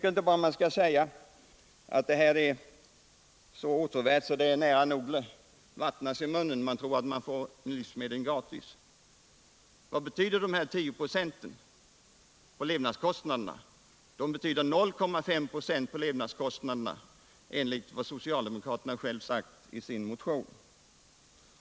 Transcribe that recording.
En sådan höjning verkar vara så åtråvärd för socialdemokraterna att det nära nog vattnas i munnen på dem — det verkar som om de tror att man därmed får livsmedlen gratis. Men vad betyder dessa 10 96? Jo, de betyder 0,5 96 på livsmedelskostnaderna enligt vad socialdemokraterna själva sagt i sin motion.